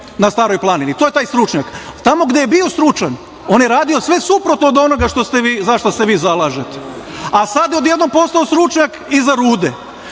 na Staroj planini. To je taj stručnjak. Tamo gde je bio stručan on je radio sve suprotno od onoga za šta se vi zalažete, a sada odjednom je postao stručnjak i za rude. Prema